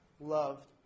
loved